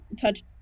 touch